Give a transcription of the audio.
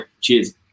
Cheers